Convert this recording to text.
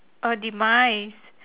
orh demise